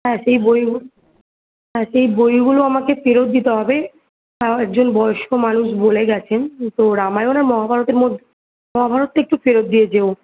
হ্যাঁ সেই বইগুলো হ্যাঁ সেই বইগুলো আমাকে ফেরত দিতে হবে আর একজন বয়স্ক মানুষ বলে গেছেন তো রামায়ণ আর মহাভারতের মধ্যে মহাভারতটা একটু ফেরত দিয়ে যেও